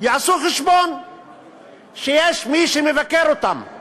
יעשו חשבון שיש מי שמבקר אותם.